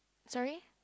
sorry